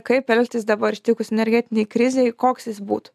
kaip elgtis dabar ištikus energetinei krizei koks jis būtų